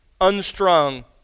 unstrung